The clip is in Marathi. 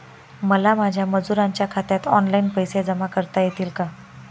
मला माझ्या मजुरांच्या खात्यात ऑनलाइन पैसे जमा करता येतील का?